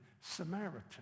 Samaritan